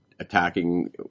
attacking